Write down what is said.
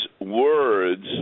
words